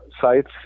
sites